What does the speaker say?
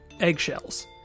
eggshells